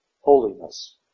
Holiness